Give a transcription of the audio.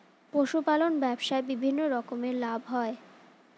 পশুপালন ব্যবসায় বিভিন্ন রকমের লাভ হয়